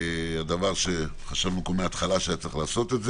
הדבר שחשבנו מהתחלה שהיה צריך לעשות אותו